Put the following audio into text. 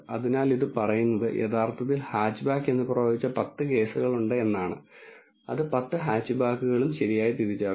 അതിനാൽ ഇത് പറയുന്നത് യഥാർത്ഥത്തിൽ ഹാച്ച്ബാക്ക് എന്ന് പ്രവചിച്ച 10 കേസുകളുണ്ട് എന്നാണ് അത് 10 ഹാച്ച്ബാക്കുകളും ശരിയായി തിരിച്ചറിഞ്ഞു